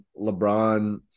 LeBron